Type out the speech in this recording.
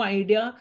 idea